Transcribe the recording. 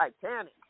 Titanic